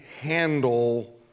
handle